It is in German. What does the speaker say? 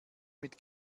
mit